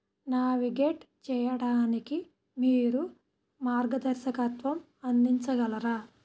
navigate చేయడానికి మీరు మార్గదర్శకత్వం అందించగలరా